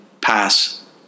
pass